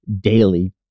daily